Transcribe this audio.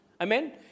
Amen